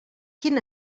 quin